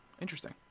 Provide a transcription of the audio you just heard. Interesting